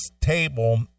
table